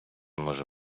може